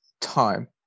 time